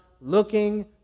looking